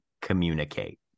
communicate